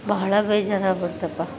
ಬಹಳ ಬೇಜಾರಾಗ್ಬಿಡ್ತಪ್ಪ